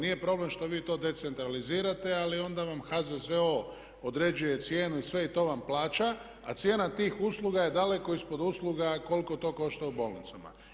Nije problem što vi to decentralizirate ali onda vam HZZO određuje cijenu i sve i to vam plaća, a cijena tih usluga je daleko ispod usluga koliko to košta u bolnicama.